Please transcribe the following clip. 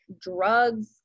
drugs